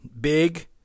big